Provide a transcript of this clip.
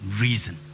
reason